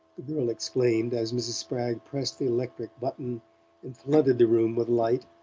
the girl exclaimed, as mrs. spragg pressed the electric button and flooded the room with light.